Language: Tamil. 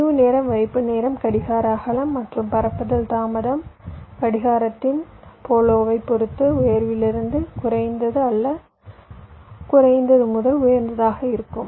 அமைவு நேரம் வைப்பு நேரம் கடிகார அகலம் மற்றும் பரப்புதல் தாமதம் கடிகாரத்தின் போலோவைப் பொறுத்து உயர்விலிருந்து குறைந்த அல்லது குறைந்த முதல் உயர்ந்ததாக இருக்கும்